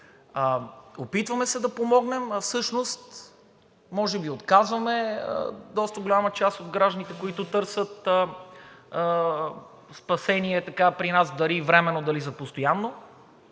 Опитваме се да помогнем, а всъщност може би отказваме доста голяма част от гражданите, които търсят спасение при нас, дали временно, дали за постоянно.